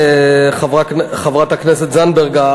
חברת הכנסת זנדברג,